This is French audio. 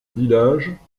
village